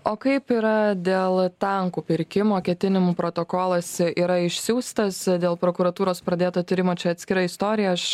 o kaip yra dėl tankų pirkimo ketinimų protokolas yra išsiųstas dėl prokuratūros pradėto tyrimo čia atskira istorija aš